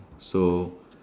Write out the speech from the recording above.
so